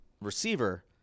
receiver